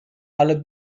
ale